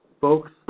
folks